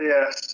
Yes